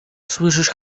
słyszysz